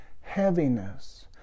heaviness